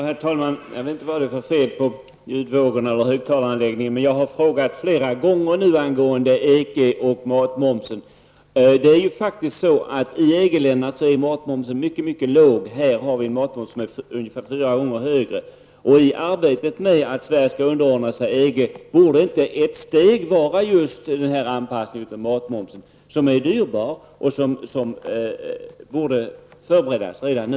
Herr talman! Jag vet inte vad det är för fel på ljudvågorna eller högtalaranläggningen, men jag har frågat flera gånger nu angående EG och matmomsen. Det är faktiskt så att i EG-länderna är matmomsen mycket låg. Här har vi en matmoms som är ungefär fyra gånger högre. Borde inte anpassningen av matmomsen vara ett steg i arbetet med att Sverige skall underordna sig EG? Matmomsen är dyrbar, och frågan borde förberedas redan nu.